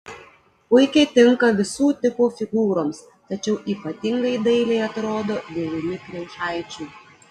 puikiai tinka visų tipų figūroms tačiau ypatingai dailiai atrodo dėvimi kriaušaičių